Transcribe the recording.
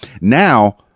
now